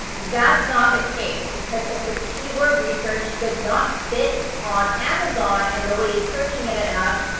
that's not the case. because if the keyword research does not fit on amazon, and nobody is searching it enough,